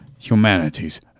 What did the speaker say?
Humanities